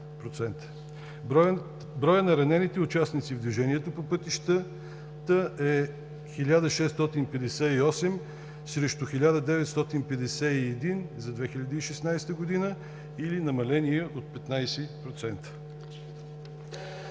Броят на ранените участници в движението по пътищата е 1658 срещу 1951 за 2016 г. или намаление от 15%.